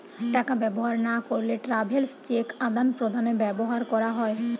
টাকা ব্যবহার না করলে ট্রাভেলার্স চেক আদান প্রদানে ব্যবহার করা হয়